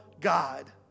God